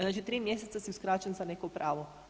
Znači 3 mjeseca si uskraćen za neko pravo.